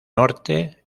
norte